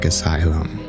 Asylum